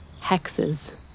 hexes